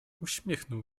uśmiechnął